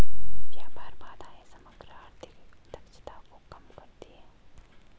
व्यापार बाधाएं समग्र आर्थिक दक्षता को कम करती हैं